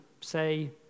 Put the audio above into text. say